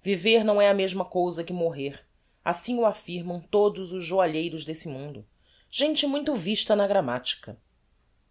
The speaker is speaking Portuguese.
viver não é a mesma cousa que morrer assim o affirmam todos os joalheiros desse mundo gente muito vista na grammatica